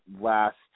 last